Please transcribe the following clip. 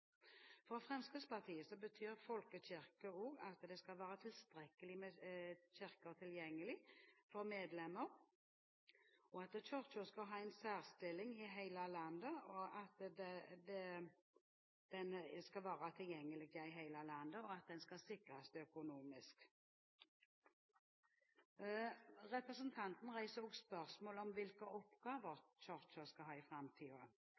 For Fremskrittspartiet betyr begrepet «folkekirke» også at det skal være tilstrekkelig med kirker tilgjengelig for medlemmer, at Kirken skal ha en særstilling i hele landet, og at Kirken skal sikres økonomisk. Representanten reiser også spørsmål om hvilke oppgaver Kirken skal ha i framtiden. Det oppnevnte Stålsett-utvalget har i den framlagte utredningen om tros- og livssynspolitikk kommet med forslag om